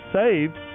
saved